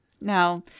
Now